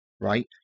right